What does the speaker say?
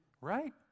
Right